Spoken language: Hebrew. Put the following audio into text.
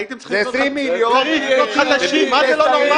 הייתם צריכים לקנות הכול חדש, מה לא נורמלי?